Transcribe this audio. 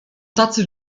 tacy